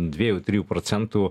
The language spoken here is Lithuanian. dviejų trijų procentų